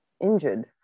injured